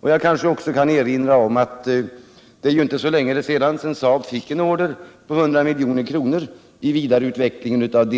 Och kanske kan jag också erinra om att det inte är så länge sedan SAAB fick en order på 100 milj.kr. för vidareutveckling av